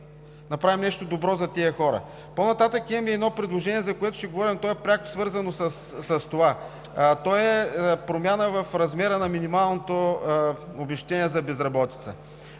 направим нещо добро за тези хора. По-нататък имам и едно предложение, за което ще говоря и то е пряко свързано с това. То е промяна в размера на минималното обезщетение за безработица.